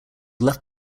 left